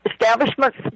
Establishment's